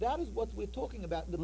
that is what we're talking about the